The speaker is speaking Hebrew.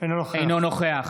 אינו נוכח